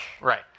Right